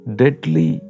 deadly